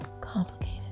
complicated